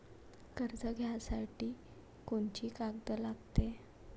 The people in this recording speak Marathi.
कर्ज घ्यासाठी कोनची कागद लागते?